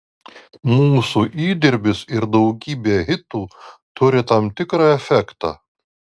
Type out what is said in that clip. mūsų įdirbis ir daugybė hitų turi tam tikrą efektą